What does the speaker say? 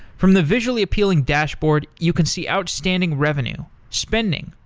from the visually appealing dashboard, you can see outstanding revenue, spending,